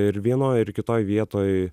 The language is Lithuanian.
ir vienoj ir kitoje vietoj